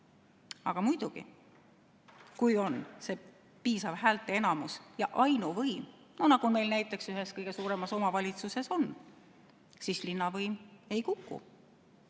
Aga muidugi, kui on piisav häälteenamus ja ainuvõim, nagu meil näiteks ühes kõige suuremas omavalitsuses on, siis linnavõim ei kuku.